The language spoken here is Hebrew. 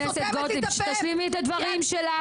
תני לי להשלים את דברים שלי.